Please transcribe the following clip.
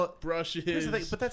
brushes